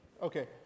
Okay